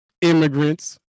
Immigrants